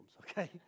okay